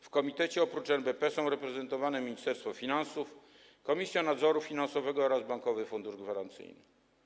W komitecie oprócz NBP są reprezentowane Ministerstwo Finansów, Komisja Nadzoru Finansowego oraz Bankowy Fundusz Gwarancyjny.